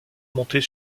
monter